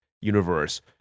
universe